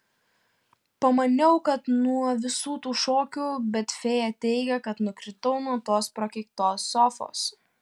pamaniau kad nuo visų tų šokių bet fėja teigia kad nukritau nuo tos prakeiktos sofos